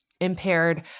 impaired